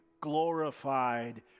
glorified